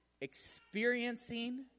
experiencing